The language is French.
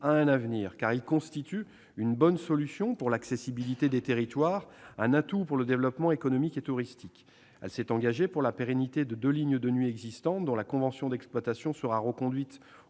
a un avenir, car il constitue une bonne solution pour l'accessibilité des territoires et un atout pour le développement économique et touristique. Elle s'est engagée pour la pérennité des deux lignes de nuit existantes, dont la convention d'exploitation sera reconduite